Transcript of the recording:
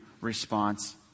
response